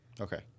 Okay